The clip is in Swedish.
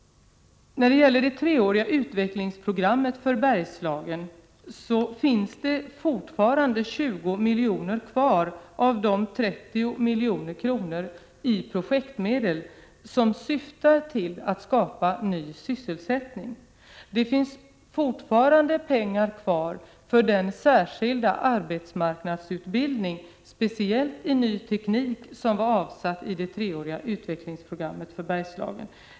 När det gäller det treåriga utvecklingsprogrammet för Bergslagen finns det fortfarande 20 milj.kr. kvar av de 30 milj.kr. i projektmedel som syftar till att skapa ny sysselsättning. Det finns fortfarande pengar kvar för den särskilda arbetsmarknadsutbildningen, speciellt i ny teknik, pengar som var avsatta i det treåriga utvecklingsprogrammet för Bergslagen.